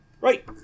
right